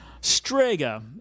Strega